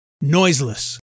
noiseless